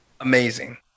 amazing